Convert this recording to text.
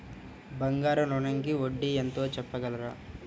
బంగారు ఋణంకి వడ్డీ ఎంతో చెప్పగలరా?